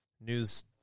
news